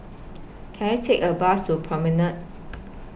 Can I Take A Bus to Promenade